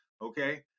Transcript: okay